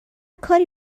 کاری